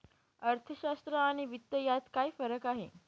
अर्थशास्त्र आणि वित्त यात काय फरक आहे